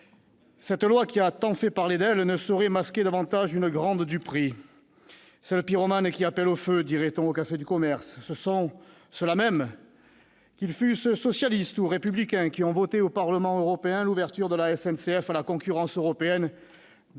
de loi qui a tant fait parler de lui ne saurait masquer davantage une grande duperie. C'est le pyromane qui appelle au feu, dirait-on au café du commerce : ceux-là même, qu'ils fussent socialistes ou membres des Républicains, qui votèrent au Parlement européen l'ouverture de la SNCF à la concurrence européenne,